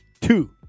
Two